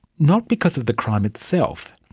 not because of the crime itself,